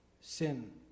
sin